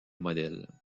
modèles